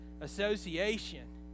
Association